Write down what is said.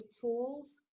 tools